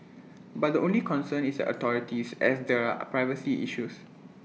but the only concern is the authorities as there are A privacy issues